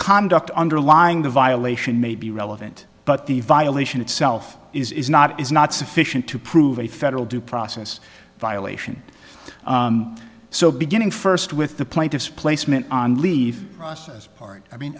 conduct underlying the violation may be relevant but the violation itself is not is not sufficient to prove a federal due process violation so beginning first with the plaintiff's placement on leave process part i mean